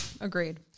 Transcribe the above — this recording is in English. Agreed